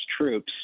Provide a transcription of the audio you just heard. troops